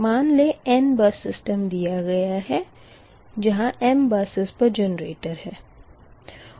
मान लें n bus system दिया गया है जहाँ m बसेस पर जनरेटर है